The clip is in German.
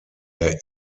der